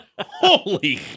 Holy